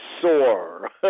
soar